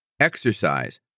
exercise